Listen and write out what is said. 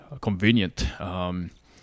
convenient